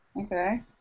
Okay